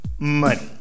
Money